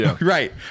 Right